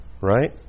Right